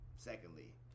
Secondly